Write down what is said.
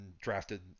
drafted